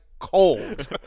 cold